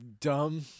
dumb